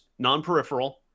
non-peripheral